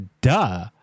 Duh